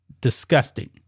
disgusting